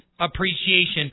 appreciation